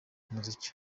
muzika